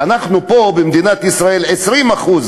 ואנחנו פה במדינת ישראל 20%,